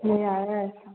ꯎꯝ ꯌꯥꯔꯦ ꯌꯥꯔꯦ ꯊꯝ